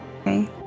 Okay